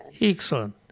Excellent